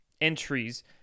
entries